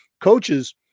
coaches